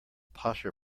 posher